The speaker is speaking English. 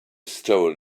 stole